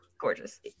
gorgeous